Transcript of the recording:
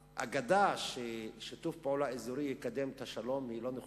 האגדה ששיתוף פעולה אזורי יקדם את השלום היא לא נכונה.